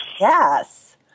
Yes